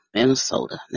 Minnesota